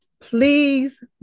please